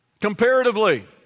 Comparatively